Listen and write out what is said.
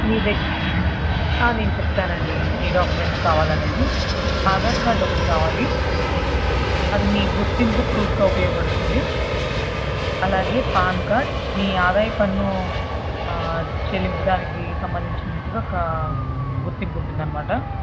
మీ దగ్ నేను చెప్తానండి ఏ డాక్యుమెంట్స్ కావాలనేది ఆధార్ కార్డ్ ఒకటి కావాలి అది మీ గుర్తింపు ప్రూఫ్గా ఉపయోగపడుతుంది అలాగే పాన్ కార్డ్ మీ ఆదాయ పన్ను చెల్లింపు దానికి సంబంధించినట్టుగా కా గుర్తింపు ఉంటుందనమాట